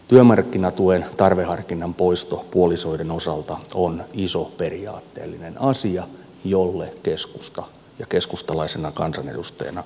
työmarkkinatuen tarveharkinnan poisto puolisoiden osalta on iso periaatteellinen asia jolle keskusta antaa ja keskustalaisena kansanedustajana annan täyden tuen